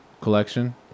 collection